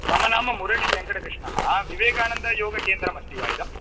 मम नाम मुरळी वेङ्कटकृष्णः विवेकानन्दयोगकेन्द्रमस्ति वा इदं